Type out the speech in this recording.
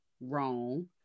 wrong